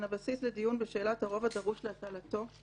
הבסיס לדיון בשאלת הרוב הדרוש להפעלתו,